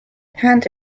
pant